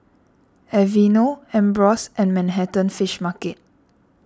Aveeno Ambros and Manhattan Fish Market